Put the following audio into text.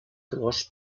clos